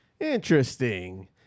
Interesting